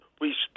respect